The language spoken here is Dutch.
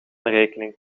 rekening